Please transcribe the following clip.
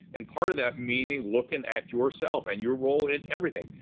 and part of that meaning looking at yourself and your role in everything.